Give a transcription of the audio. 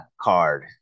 card